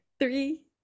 Three